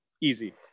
easy